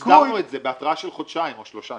--- הסדרנו את זה, בהתראה של חודשיים או שלושה.